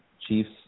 Chiefs